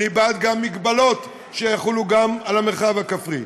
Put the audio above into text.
אני גם בעד מגבלות שיחולו על המרחב הכפרי,